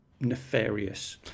nefarious